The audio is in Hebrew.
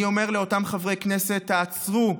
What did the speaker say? אני אומר לאותם חברי כנסת: תעצרו.